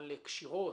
על קשירות,